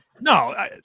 No